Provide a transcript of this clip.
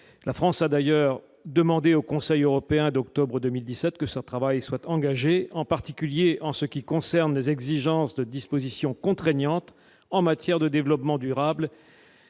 La France a d'ailleurs demandé au Conseil européen d'octobre 2017 que ce travail soit engagée en particulier en ce qui concerne les exigences de dispositions contraignantes en matière de développement durable